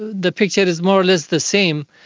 the picture is more or less the same.